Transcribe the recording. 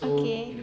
okay